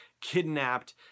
kidnapped